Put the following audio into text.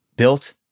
Built